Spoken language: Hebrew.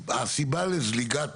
הסיבה לזליגת